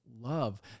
love